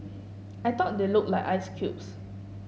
I thought they looked like ice cubes